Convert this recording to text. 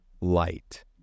light